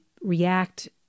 react